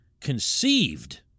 conceived